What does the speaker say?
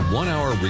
one-hour